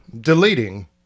Deleting